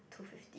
two fifty